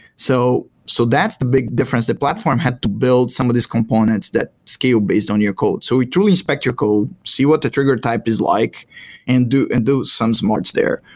so so that's the big difference the platform had to build some of these components that skew based on your code so we truly inspect your code, see what the trigger type is like and do and do some smarts there.